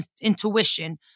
intuition